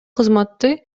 кызматты